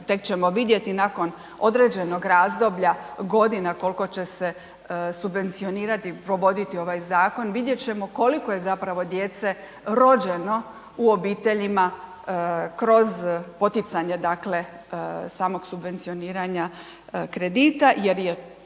tek ćemo vidjeti nakon određenog razdoblja, godina koliko će se subvencionirati, provoditi ovaj zakon. Vidjet ćemo koliko je zapravo djece rođeno u obiteljima kroz poticanje dakle samog subvencioniranja kredita jer je